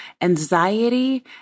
anxiety